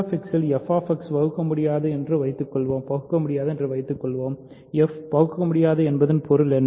QX ல் f பகுக்கமுடியாது என்று வைத்துக்கொள்வோம் f பகுக்கமுடியாதது என்பதன் பொருள் என்ன